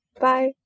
Bye